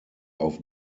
auf